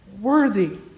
Worthy